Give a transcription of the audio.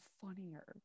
funnier